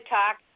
talk